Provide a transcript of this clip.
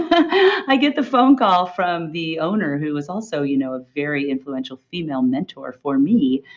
i get the phone call from the owner who was also you know a very influential female mentor for me,